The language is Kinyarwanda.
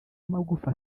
amagufa